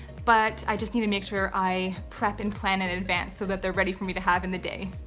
but i just need to make sure i prep and plan in advance so that they're ready for me to have in the day.